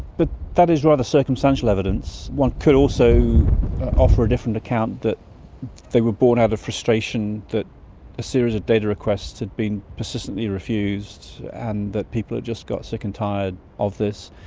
but that is rather circumstantial evidence. one could also offer a different account, that they were born out of frustration, that a series of data requests had been persistently refused and that people had just got sick and tired of this.